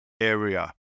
area